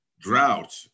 drought